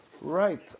Right